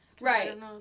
Right